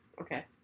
Okay